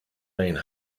lane